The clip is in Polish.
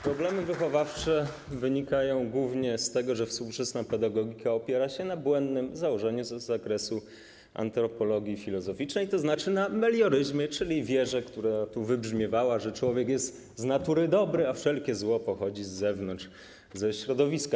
Problemy wychowawcze wynikają głównie z tego, że współczesna pedagogika opiera się na błędnym założeniu z zakresu antropologii filozoficznej, tzn. na melioryzmie, czyli wierze, która tu wybrzmiewała, że człowiek jest z natury dobry, a wszelkie zło pochodzi z zewnątrz, ze środowiska.